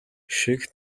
шиг